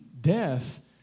death